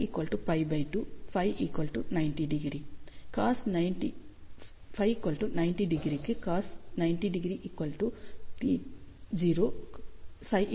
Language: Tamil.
எனவே Φ60 க்கு cos 60 12 ψ π 2 Φ 90 க்கு cos 90 0 ψ 0